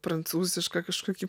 prancūzišką kažkokį